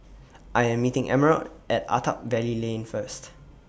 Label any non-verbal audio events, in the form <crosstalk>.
I Am meeting Emerald At Attap <unintelligible> Lane First